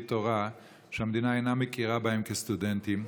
תורה שהמדינה אינה מכירה בהם כסטודנטים.